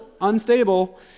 unstable